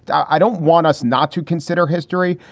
i don't want us not to consider history,